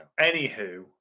Anywho